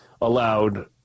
allowed